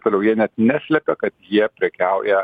toliau jie net neslepia kad jie prekiauja